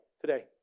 today